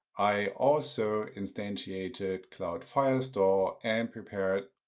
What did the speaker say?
i also instantiated cloud firestore and prepared